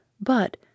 but